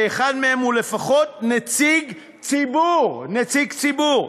שאחד מהם לפחות הוא נציג ציבור נציג ציבור.